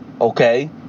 okay